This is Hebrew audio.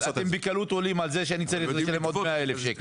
אתם עולים בקלות על זה שאני צריך לשלם עוד 100,000 ₪,